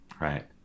right